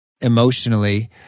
emotionally